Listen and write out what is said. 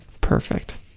perfect